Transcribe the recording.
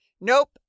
nope